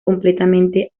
completamente